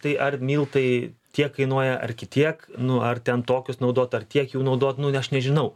tai ar miltai tiek kainuoja ar kitiek nu ar ten tokius naudot ar tiek jų naudot nu aš nežinau